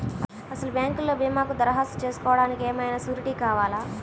అసలు బ్యాంక్లో భీమాకు దరఖాస్తు చేసుకోవడానికి ఏమయినా సూరీటీ కావాలా?